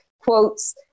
quotes